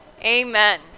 Amen